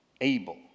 Abel